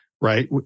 right